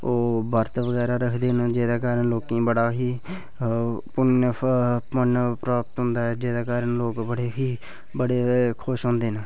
जेह्दे कारण लोंके गी बड़ा पुन्न प्राप्त होंदा ऐ बड़े गै खुश होंदे न